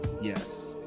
Yes